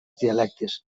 dialectes